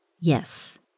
Yes